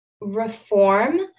reform